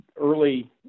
early